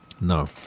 No